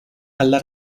alla